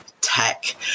tech